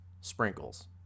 sprinkles